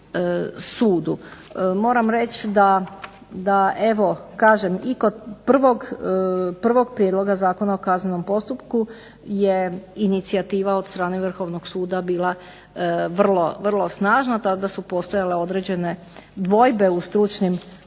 Moram reći da evo kažem i kod prvog prijedloga Zakona o kaznenom postupku je inicijativa od strane Vrhovnog suda bila vrlo snažna, tada su postojale određene dvojbe u stručnim krugovima,